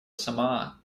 самоа